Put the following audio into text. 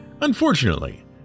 Unfortunately